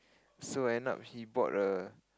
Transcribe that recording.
so end up he bought a